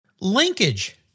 Linkage